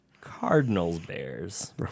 Cardinals-Bears